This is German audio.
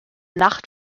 nacht